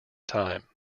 time